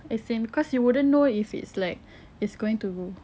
as in cause you wouldn't know if it's like it's going to